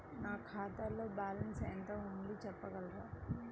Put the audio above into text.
నా ఖాతాలో బ్యాలన్స్ ఎంత ఉంది చెప్పగలరా?